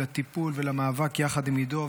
לטיפול ולמאבק יחד עם עידו,